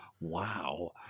wow